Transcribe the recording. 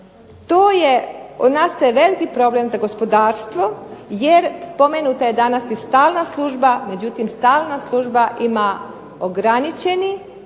to je, nastaje veliki problem za gospodarstvo jer spomenuta je danas i stalna služba, međutim stalna služba ima ograničeni